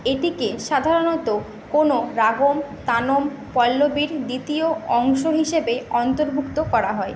এটিকে সাধারণত কোনও রাগম তানম পল্লবীর দ্বিতীয় অংশ হিসেবে অন্তর্ভুক্ত করা হয়